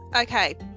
okay